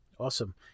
Awesome